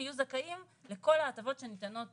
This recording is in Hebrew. יהיו זכאים לכל ההטבות שניתנות